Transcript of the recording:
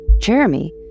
Jeremy